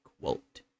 quote